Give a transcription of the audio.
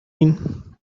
mean